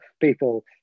people